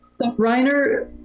reiner